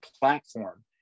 platform